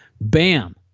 bam